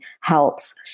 helps